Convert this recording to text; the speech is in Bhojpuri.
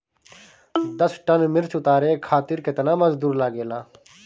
दस टन मिर्च उतारे खातीर केतना मजदुर लागेला?